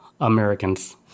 Americans